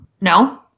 No